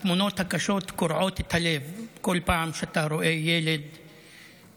התמונות הקשות קורעות את הלב בכל פעם שאתה רואה ילד מרוטש,